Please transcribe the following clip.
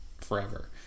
forever